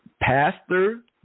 Pastor